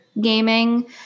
gaming